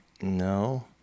no